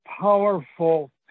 powerful